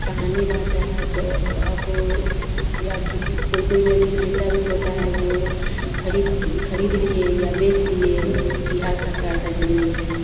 कहानी रहती है तो अब या किसी कोई कोई ज़मीन ऐसी भी होती है जो ख़रीद ख़रीद लिए या बेच दिए ऊ बिहार सरकार की ज़मीन है